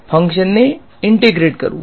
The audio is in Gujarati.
ફંકશન્સ ને ઈંટેગ્રેટ કરવુ